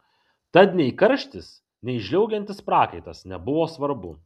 tad nei karštis nei žliaugiantis prakaitas nebuvo svarbu